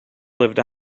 lived